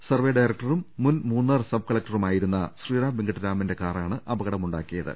survey ഡയറക്ടറും മുൻ Munnar sub കലക്ടറുമായിരുന്ന ശ്രീറാം വെങ്കിട്ടരാമന്റെ കാറാണ് അപകടമുണ്ടാക്കിയ ത്